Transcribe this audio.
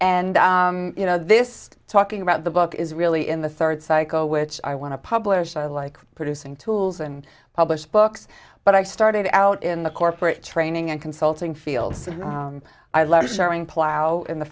and you know this talking about the book is really in the third cycle which i want to publish i like producing tools and publish books but i started out in the corporate training and consulting fields i love sharing plough in the